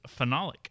phenolic